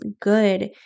good